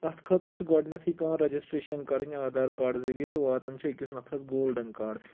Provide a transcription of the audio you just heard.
اَتھ خٲطرٕ چھِ گۄڈٕنیتھٕے پیوان ریجسٹریشن کَرٕنۍ آدھار کارڈٕ ذٔریعہٕ تہٕ واتان چھُ أکِس نفرس گولڈن کارڈ